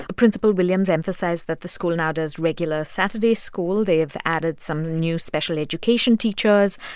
ah principal williams emphasized that the school now does regular saturday school. they've added some new special education teachers.